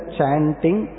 Chanting